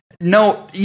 No